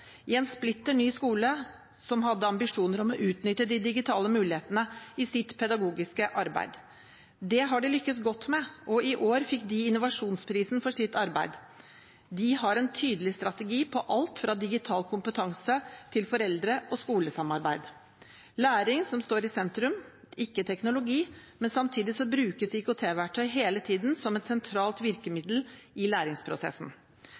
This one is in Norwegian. hadde de ambisjoner om å utnytte de digitale mulighetene i sitt pedagogiske arbeid. Det har de lykkes godt med, og i år fikk de Innovasjonsprisen for sitt arbeid. De har en tydelig strategi på alt fra digital kompetanse til foreldre- og skolesamarbeid. Det er læring som står i sentrum, ikke teknologi, men samtidig brukes IKT-verktøy hele tiden som et sentralt virkemiddel i læringsprosessen.